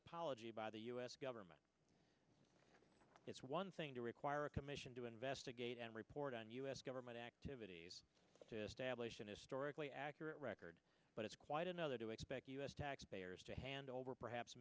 apology by the u s government it's one thing to require a commission to investigate and report on u s government activities to stablish an historically accurate record but it's quite another to expect us taxpayers to hand over perhaps